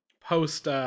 post-